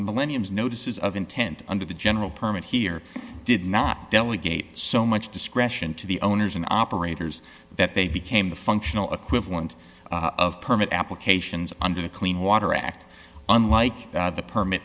notices of intent under the general permit here did not delegate so much discretion to the owners and operators that they became the functional equivalent of permit applications under the clean water act unlike the permit